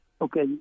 Okay